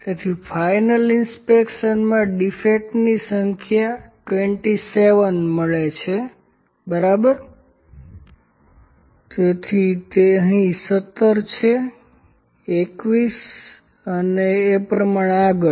તેથી ફાઈનલ ઇન્સ્પેક્શનમાં ડીફેક્ટની સંખ્યા 27 મળે છે બરાબર છે તેથી તે અહીં 17 છે 21 અને એ પ્રમાણે આગળ